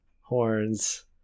horns